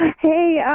Hey